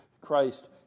Christ